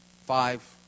five